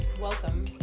Welcome